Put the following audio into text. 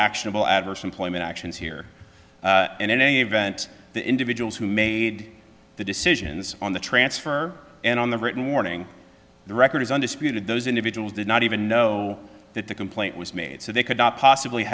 actionable adverse employment actions here and in any event the individuals who made the decisions on the transfer and on the written warning the record is undisputed those individuals did not even know that the complaint was made so they could not possibly